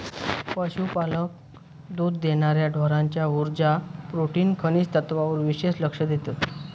पशुपालक दुध देणार्या ढोरांच्या उर्जा, प्रोटीन, खनिज तत्त्वांवर विशेष लक्ष देतत